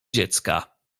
dziecka